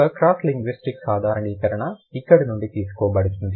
ఒక cross linguistic సాధారణీకరణ ఇక్కడ నుండి తీసుకోబడుతుంది